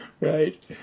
Right